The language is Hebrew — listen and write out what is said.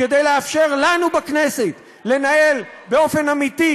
כדי לאפשר לנו בכנסת לנהל באופן אמיתי,